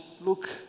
look